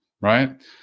right